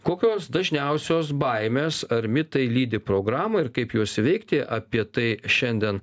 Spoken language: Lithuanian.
kokios dažniausios baimės ar mitai lydi programą ir kaip juos įveikti apie tai šiandien